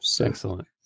excellent